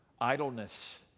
idleness